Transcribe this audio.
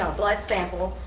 um blood sample.